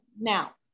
Now